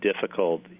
difficult